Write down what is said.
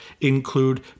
include